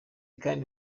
kandi